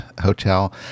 hotel